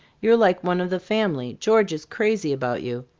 you're like one of the family, george is crazy about you.